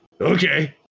Okay